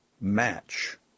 match